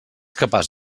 capaç